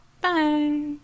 Bye